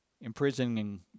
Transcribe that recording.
Imprisoning